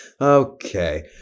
Okay